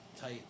tight